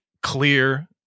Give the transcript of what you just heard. clear